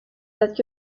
that